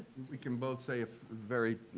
we can both say very,